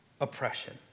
oppression